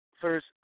first